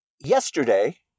yesterday